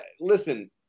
Listen